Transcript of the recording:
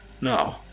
No